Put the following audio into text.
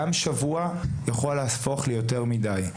גם שבוע יכול להפוך ליותר מדי.